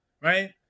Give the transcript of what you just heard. Right